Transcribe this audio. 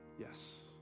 Yes